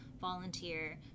volunteer